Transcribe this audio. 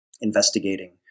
investigating